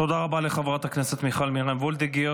תודה רבה לחברת הכנסת מיכל וולדיגר.